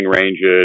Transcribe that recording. ranges